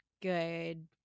good